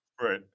Right